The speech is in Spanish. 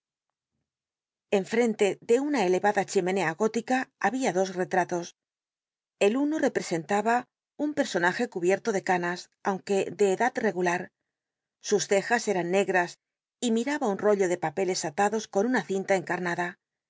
frente de una elemda chimenea gótica babia dos retratos el uno representaba un personaje cu biblioteca nacional de españa david copperfield bierlo de canas aunque de edad regulat sus cejas eran nc i'iis y miraba un rollo de papelc alados con una cinta encarnada